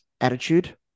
attitude